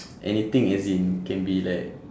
anything as in can be like